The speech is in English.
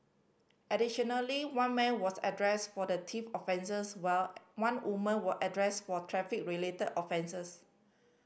additionally one man was address for the offences while one woman was address for traffic related offences